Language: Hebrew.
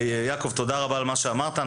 יעקב, תודה רבה על מה שאמרת.